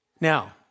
Now